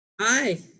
Hi